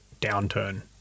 downturn